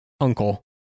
uncle